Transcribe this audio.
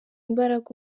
imbaraga